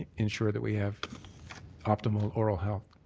and ensure that we have optimal oral health.